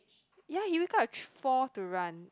ya you wake up at th~ four to run